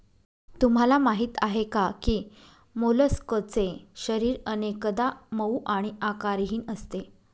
तुम्हाला माहीत आहे का की मोलस्कचे शरीर अनेकदा मऊ आणि आकारहीन असते